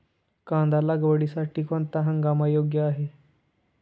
कांदा लागवडीसाठी कोणता हंगाम योग्य आहे?